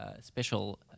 special